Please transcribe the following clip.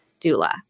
doula